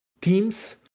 teams